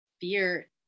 fear